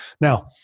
Now